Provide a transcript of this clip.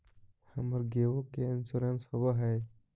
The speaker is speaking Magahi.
हमर गेयो के इंश्योरेंस होव है?